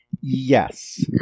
Yes